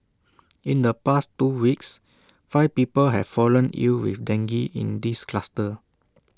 in the past two weeks five people have fallen ill with dengue in this cluster